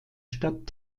stadt